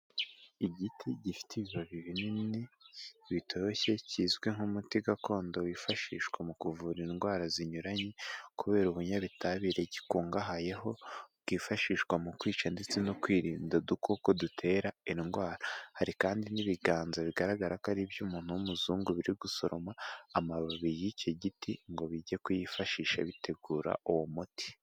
Igiti gifite ibibabi binini bitoshye kizwi nk'umuti gakondo wifashishwa mu kuvura indwara zinyuranye kubera ubunyabutabire gikungahayeho bwifashishwa mu kwica ndetse no kwirinda udukoko dutera indwara hari kandi n'ibiganza bigaragara ko ari iby'umuntu w'umuzungu biri gusoroma amababi y'iki giti ngo bijye kuyifashisha bitegura uwo muti.